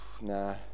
Nah